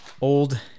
old